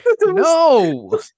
No